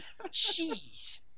Jeez